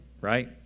right